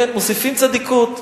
מוסיפים צדיקות.